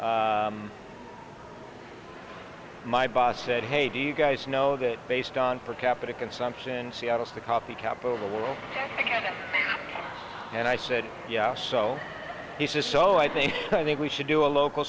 my boss said hey do you guys know that based on per capita consumption seattle's the coffee cup of the world and i said yeah so he says so i think i think we should do a local